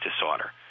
disorder